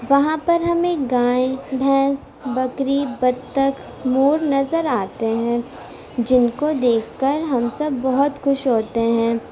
وہاں پر ہمیں گائے بھینس بکری بتک مور نظر آتے ہیں جن کو دیکھ کر ہم سب بہت خوش ہوتے ہیں